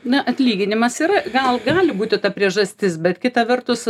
na atlyginimas yra gal gali būti ta priežastis bet kita vertus